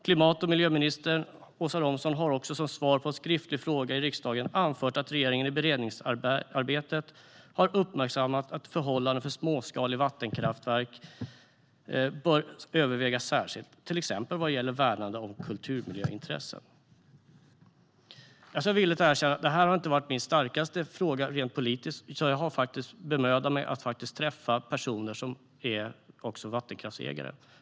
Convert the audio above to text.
Klimat och miljöminister Åsa Romson har som svar på en skriftlig fråga i riksdagen anfört att regeringen i beredningsarbetet har uppmärksammat att förhållandena för småskaliga vattenkraftverk bör övervägas särskilt, till exempel vad gäller värnande av kulturmiljöintressen. Jag ska villigt erkänna att detta inte har varit min starkaste fråga rent politiskt. Jag har därför bemödat mig att träffa personer som är vattenkraftsägare.